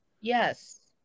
Yes